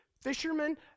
Fishermen